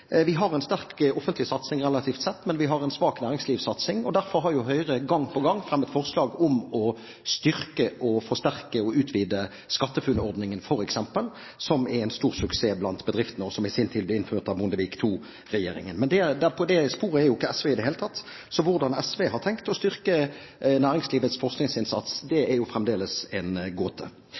Vi har en sterk offentlig satsing relativt sett, men vi har en svak næringslivssatsing, og derfor har jo Høyre gang på gang fremmet forslag om å styrke og forsterke og utvide SkatteFUNN-ordningen f.eks., som er en stor suksess blant bedriftene, og som i sin tid ble innført av Bondevik II-regjeringen. Men på det sporet er jo ikke SV i det hele tatt, så hvordan SV har tenkt å styrke næringslivets forskningsinnsats, er fremdeles en gåte.